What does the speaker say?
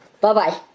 Bye-bye